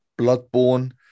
Bloodborne